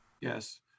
Yes